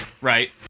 right